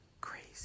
Crazy